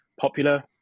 popular